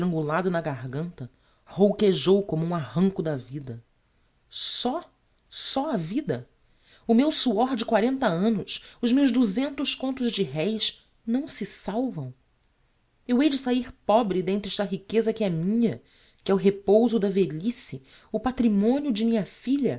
estrangulado na garganta rouquejou como um arranco da vida só só a vida o meu suor de quarenta annos os meus duzentos contos de reis não se salvam eu hei de sahir pobre d'entre esta riqueza que é minha que é o repouso da velhice o patrimonio de minha filha